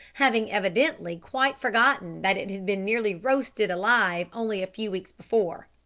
having evidently quite forgotten that it had been nearly roasted alive only a few weeks before.